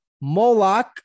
Moloch